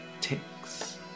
ticks